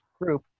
group